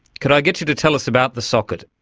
could i get you to tell us about the soccket?